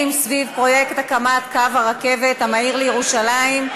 סביב פרויקט הקמת קו הרכבת המהיר לירושלים.